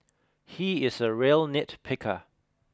he is a real nitpicker